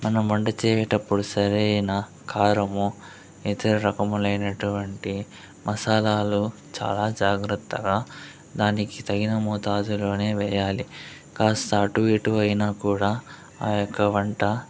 మనం వంట చేయటప్పుడు సరైన కారము ఇతర రకములైనటువంటి మసాలాలు చాలా జాగ్రత్తగా దానికి తగిన మోతాదులోనే వేయాలి కాస్త అటు ఇటు అయినా కూడా ఆ యొక్క వంట